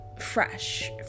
fresh